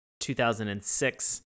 2006